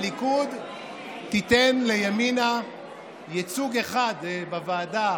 הליכוד תיתן לימינה ייצוג אחד בוועדה